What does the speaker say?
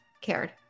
cared